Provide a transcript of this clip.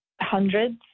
hundreds